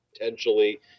Potentially